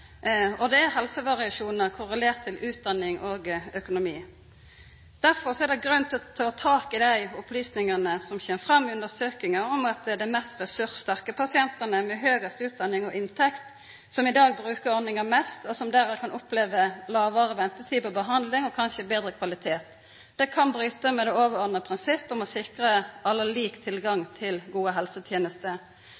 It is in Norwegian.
Det er òg helsevariasjonar korrelert til utdanning og økonomi. Derfor er det grunn til å ta tak i dei opplysningane som kjem fram i undersøkinga, om at det er dei mest ressurssterke pasientane med høgast utdanning og inntekt som i dag brukar ordninga mest, og som dermed kan oppleva kortare ventetid for behandling, og kanskje betre kvalitet. Det kan bryta med det overordna prinsippet om å sikra alle lik tilgang